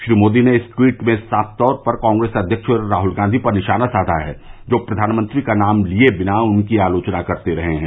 श्री मोदी ने इस ट्वीट में साफ तौर पर कांग्रेस अध्यमक्ष राहुल गांधी पर निशाना साधा है जो प्रधानमंत्री का नाम लिये बिना उनकी आलोचना करते रहे हैं